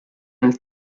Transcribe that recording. nel